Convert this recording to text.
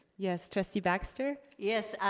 yes, trustee baxter? yes,